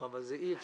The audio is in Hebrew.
אבל את זה אי אפשר.